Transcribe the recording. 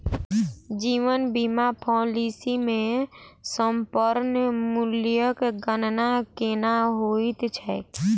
जीवन बीमा पॉलिसी मे समर्पण मूल्यक गणना केना होइत छैक?